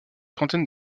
trentaine